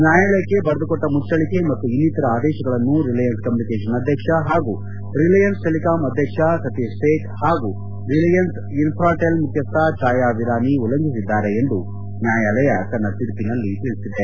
ನ್ವಾಯಾಲಯಕ್ಕೆ ಬರೆದುಕೊಟ್ಟ ಮುಚ್ವಳಿಕೆ ಮತ್ತು ಇನ್ನಿತರ ಆದೇಶಗಳನ್ನು ರಿಲಯನ್ಸ್ ಕಮ್ಮೂನಿಕೇಷನ್ ಅಧ್ಯಕ್ಷ ಹಾಗೂ ರಿಲಯನ್ಸ್ ಟೆಲಿಕಾಂ ಅಧ್ಯಕ್ಷ ಸತೀಶ್ ಸೇಠ್ ಹಾಗೂ ರಿಲಯನ್ಸ್ ಇನ್ಲಾಟೆಲ್ ಮುಖ್ವಸ್ವ ಛಾಯಾ ವಿರಾನಿ ಉಲ್ಲಂಘಿಸಿದ್ದಾರೆ ಎಂದು ನ್ಯಾಯಾಲಯ ತನ್ನ ತೀರ್ಪಿನಲ್ಲಿ ತಿಳಿಸಿದೆ